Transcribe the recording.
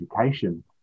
education